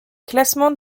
classement